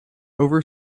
over